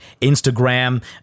Instagram